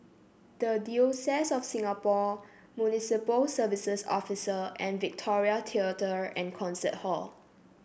the Diocese of Singapore Municipal Services Office and Victoria Theatre and Concert Hall